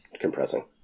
compressing